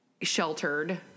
sheltered